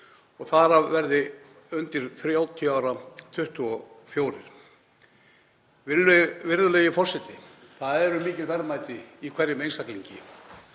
þar af verði 24 undir 30 ára. Virðulegi forseti. Það eru mikil verðmæti í hverjum einstaklingi.